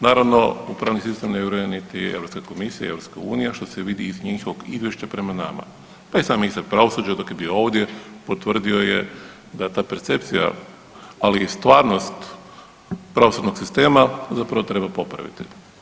Naravno, u pravni sistem ne vjeruje niti Europska komisija, Europska unija što se vidi iz njihovog izvješća prema nama, pa i sam ministar pravosuđa dok je bio ovdje potvrdio je da ta percepcija ali i stvarnost pravosudnog sistema zapravo treba popraviti.